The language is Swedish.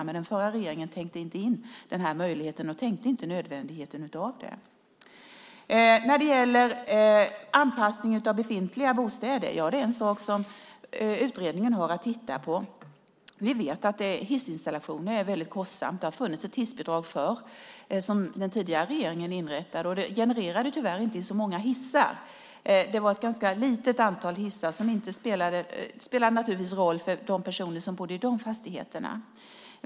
Men den förra regeringen tänkte inte in denna möjlighet och tänkte inte på nödvändigheten av detta. Anpassning av befintliga bostäder är en sak som utredningen har att titta på. Vi vet att hissinstallationer är väldigt kostsamma. Det har funnits ett hissbidrag som den tidigare regeringen inrättade. Det genererade tyvärr inte så många hissar. Det var ett ganska litet antal hissar, men de spelar naturligtvis en roll för de personer som bor i dessa fastigheter.